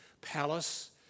palace